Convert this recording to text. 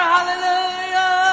Hallelujah